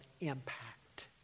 impact